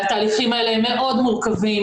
התהליכים האלה הם מאוד מורכבים,